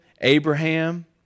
Abraham